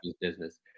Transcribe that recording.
business